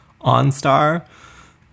OnStar